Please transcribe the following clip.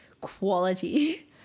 quality